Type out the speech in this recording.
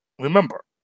remember